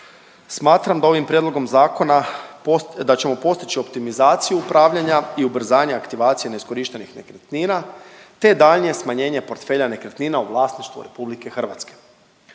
Smatram da ovim prijedlogom zakona da ćemo postići optimizaciju upravljanja i ubrzanja aktivacije neiskorištenih nekretnina, te daljnje smanjenje portfelja nekretnina u vlasništvu Republike Hrvatske.